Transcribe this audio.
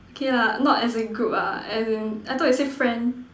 okay lah not as a group ah as in I thought you say friend